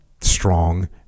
strong